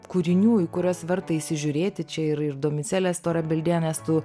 kūrinių į kuriuos verta įsižiūrėti čia yra ir domicelės tarabildienės tų